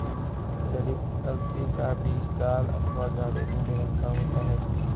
ललीत अलसी का बीज लाल अथवा गाढ़े भूरे रंग का होता है